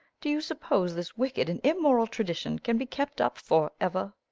do you suppose this wicked and immoral tradition can be kept up for ever?